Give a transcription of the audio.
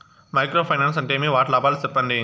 Micro finance అంటే ఏమి? వాటి లాభాలు సెప్పండి?